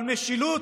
אבל משילות,